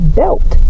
belt